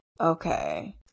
Okay